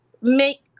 make